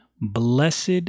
Blessed